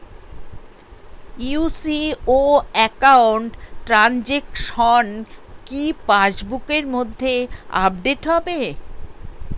UCO account transaction কি পাস বুকের মধ্যে আপডেট হবে?